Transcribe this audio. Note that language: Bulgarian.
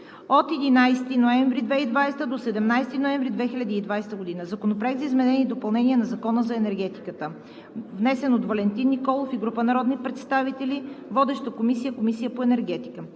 от 11 ноември 2020 г. до 17 ноември 2020 г.: Законопроект за изменение и допълнение на Закона за енергетиката, внесен от Валентин Николов и група народни представители. Водеща е Комисията по енергетика.